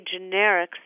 generics